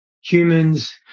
humans